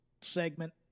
segment